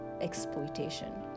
exploitation